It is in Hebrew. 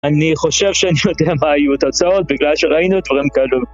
אני חושב שאני יודע מה יהיו תוצאות בגלל שראינו דברים כאלו